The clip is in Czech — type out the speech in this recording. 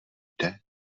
jde